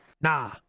Nah